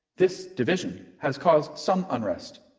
this division has caused some unrest,